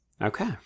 Okay